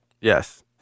yes